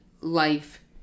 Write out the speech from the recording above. life